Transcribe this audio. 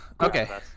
Okay